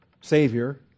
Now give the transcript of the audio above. Savior